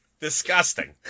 Disgusting